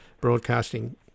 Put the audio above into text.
broadcasting